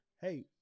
hey